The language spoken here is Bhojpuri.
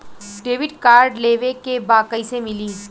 डेबिट कार्ड लेवे के बा कईसे मिली?